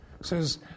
says